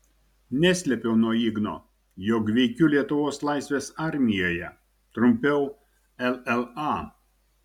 neslėpiau nuo igno jog veikiu lietuvos laisvės armijoje trumpiau lla